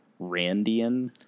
Randian